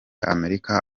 amerika